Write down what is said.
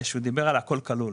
כשהוא דיבר על הכול כלול.